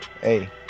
Hey